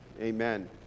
Amen